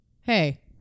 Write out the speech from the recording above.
hey